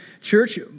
church